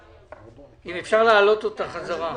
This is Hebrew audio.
אם אפשר להעלות אותה בחזרה.